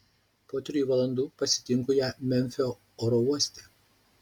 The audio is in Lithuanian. po trijų valandų pasitinku ją memfio oro uoste